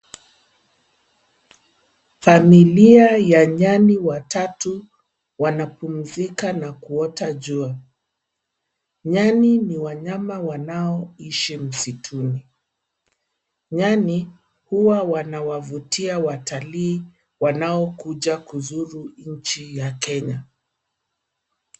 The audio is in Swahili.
Familia ya nyani watatu wanapumzika na kuota jua. Nyani ni wanyama wanaoishi msituni. Nyani huwa wanawavutia watalii wanaokuja kuzuru nchi ya Kenya.